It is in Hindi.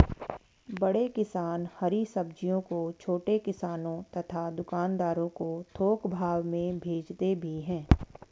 बड़े किसान हरी सब्जियों को छोटे किसानों तथा दुकानदारों को थोक भाव में भेजते भी हैं